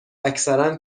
اکثرا